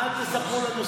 אל תספרו לנו סיפורים.